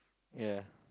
ya